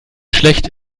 schlecht